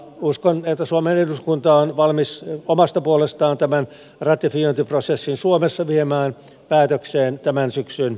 uskon että suomen eduskunta on valmis omasta puolestaan tämän ratifiointiprosessin suomessa viemään päätökseen tämän syksyn aikana